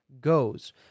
goes